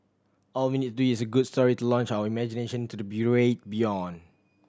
all we need is a good story to launch our imagination to the beyond